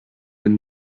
with